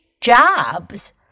jobs